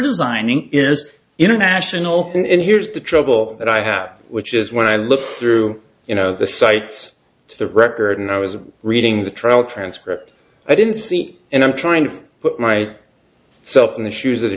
designing is international and here's the trouble that i have which is when i look through you know the cites to the record and i was reading the trial transcript i didn't see and i'm trying to put my self in the shoes of the